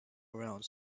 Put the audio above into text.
around